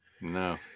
No